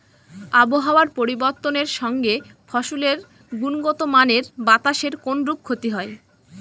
আবহাওয়ার পরিবর্তনের সঙ্গে ফসলের গুণগতমানের বাতাসের কোনরূপ ক্ষতি হয়?